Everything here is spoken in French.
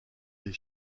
des